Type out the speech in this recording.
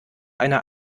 einer